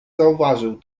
zauważył